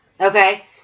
Okay